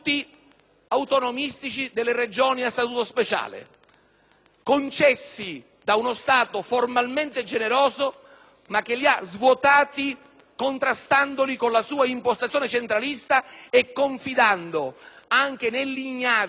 concessi da uno Stato formalmente generoso, che li ha però svuotati, contrastandoli con la sua impostazione centralista e confidando anche nell'ignavia e nell'incapacità delle classi dirigenti locali,